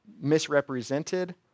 misrepresented